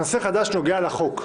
הנושא חדש נוגע לחוק,